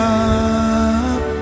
up